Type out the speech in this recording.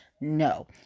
no